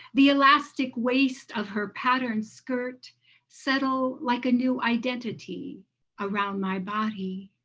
the elastic waist of her patterned skirt settle like a new identity around my body.